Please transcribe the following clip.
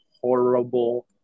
horrible